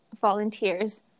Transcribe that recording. volunteers